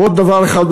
ועוד דבר אחד,